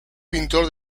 pintor